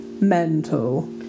mental